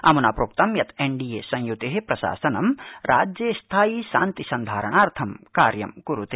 अमुना प्रोक्तं यत्एनडीएसंयुते प्रशासनंराज्ये स्थायि शान्ति संधारणार्थं कार्य क्रुते